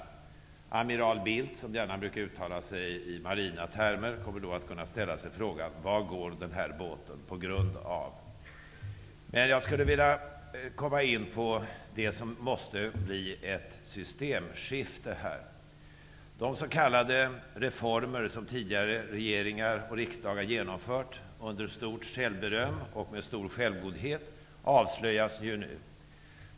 Amiral Bildt, som gärna brukar uttala sig i marina termer, kommer att då kunna ställa sig frågan: Var går den här båten på grund av? Men jag skulle vilja komma in på det som måste bli ett systemskifte. De s.k. reformer, som tidigare regeringar och riksdagar genomfört under stort självberöm och med stor självgodhet, avslöjas ju nu.